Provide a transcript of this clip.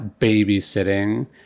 babysitting